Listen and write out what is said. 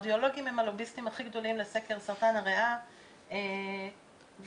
סרטן ריאה גרורתי,